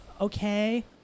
okay